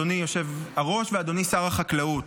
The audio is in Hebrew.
אדוני היושב-ראש ואדוני שר החקלאות.